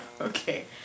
Okay